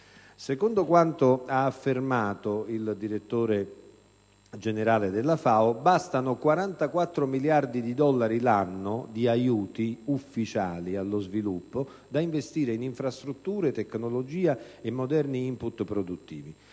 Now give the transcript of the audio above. Secondo quanto affermato dal Direttore generale della FAO bastano «44 miliardi di dollari l'anno di aiuti ufficiali allo sviluppo da investire in infrastrutture, tecnologia e moderni *input* produttivi.